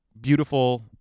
beautiful